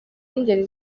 b’ingeri